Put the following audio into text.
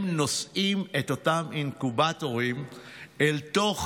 הם נושאים את אותם אינקובטורים אל תוך